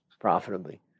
profitably